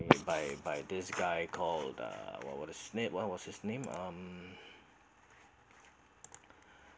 by by this guy called the what what his name what was his name um